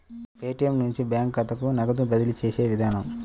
Paytm నుంచి bank ఖాతాకు నగదు బదిలీ చేసే విధానం